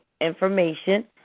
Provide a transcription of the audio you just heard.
information